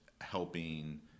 helping